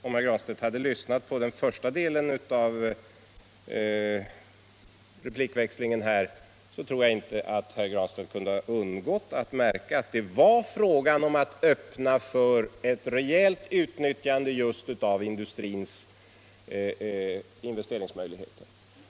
Om herr Granstedt hade lyssnat på den första delen av replikväxlingen tror jag inte att han kunde ha undgått att märka att det var fråga om att öppna för ett rejält utnyttjande just av industrins investeringsmöjligheter.